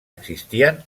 existien